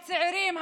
הצעירים,